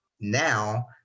now